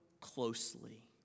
closely